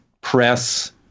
press